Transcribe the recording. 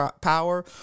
power